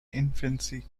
infancy